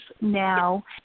now